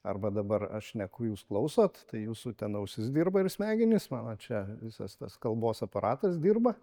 arba dabar aš šneku jūs klausot tai jūsų ten ausis dirba ir smegenys mano čia visas tas kalbos aparatas dirba